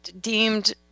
deemed